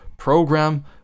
Program